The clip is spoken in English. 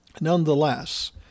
Nonetheless